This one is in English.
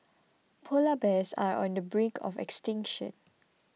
Polar Bears are on the brink of extinction